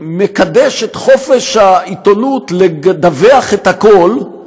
שמקדשת את חופש העיתונות לדווח את הכול,